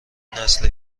نسل